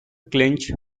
clinch